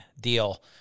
deal